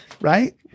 right